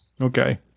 Okay